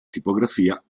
tipografia